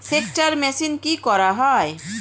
সেকচার মেশিন কি করা হয়?